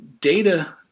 data